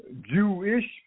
Jewish